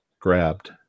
grabbed